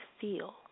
feel